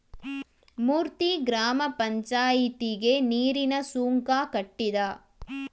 ಮೂರ್ತಿ ಗ್ರಾಮ ಪಂಚಾಯಿತಿಗೆ ನೀರಿನ ಸುಂಕ ಕಟ್ಟಿದ